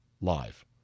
live